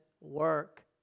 work